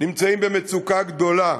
נמצאות במצוקה גדולה.